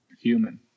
Human